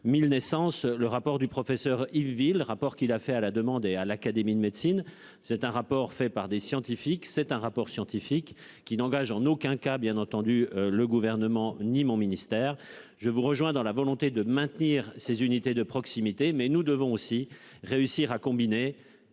1000 naissances, le rapport du professeur Yves Ville, rapport qui l'a fait à la demande et à l'Académie de médecine. C'est un rapport fait par des scientifiques, c'est un rapport scientifique qui n'engagent en aucun cas bien entendu le gouvernement ni mon ministère, je vous rejoins dans la volonté de maintenir ces unités de proximité mais nous devons aussi réussir à combiner